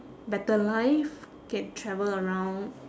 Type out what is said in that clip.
better life can travel around